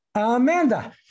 Amanda